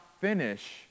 finish